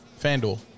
FanDuel